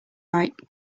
right